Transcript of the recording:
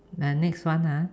the next one ah